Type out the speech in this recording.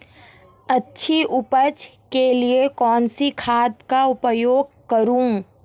अच्छी उपज के लिए कौनसी खाद का उपयोग करूं?